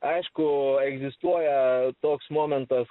aišku egzistuoja toks momentas